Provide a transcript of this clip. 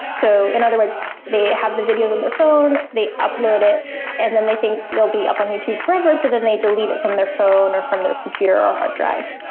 so in other words they have the videos on their phone, they upload it and then they think they'll be up on youtube forever, so then they delete it from their phone or from their computer or hard drive.